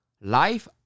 life